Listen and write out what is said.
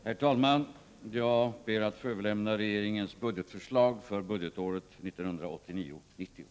Herr talman! Jag ber att få överlämna regeringens budgetförslag för budgetåret 1989/90.